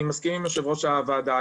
ואני מסכים עם יושב-ראש הוועדה,